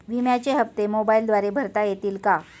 विम्याचे हप्ते मोबाइलद्वारे भरता येतील का?